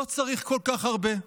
לא צריך כל כך הרבה?